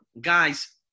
guys